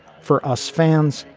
for us fans,